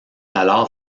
alors